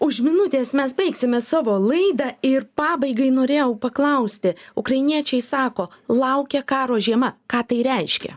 už minutės mes baigsime savo laidą ir pabaigai norėjau paklausti ukrainiečiai sako laukia karo žiema ką tai reiškia